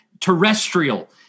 terrestrial